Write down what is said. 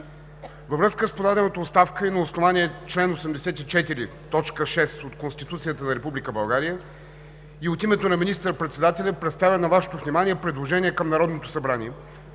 Във връзка с подадената оставка и на основание чл. 84, т. 6 от Конституцията на Република България и от името на министър-председателя представям на Вашето внимание предложение към Народното събрание